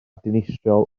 dinistriol